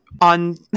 on